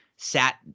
sat